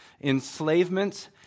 enslavement